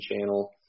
channel